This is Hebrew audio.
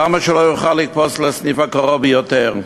למה שלא יוכל לקפוץ לסניף הקרוב ביותר?